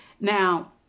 Now